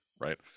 right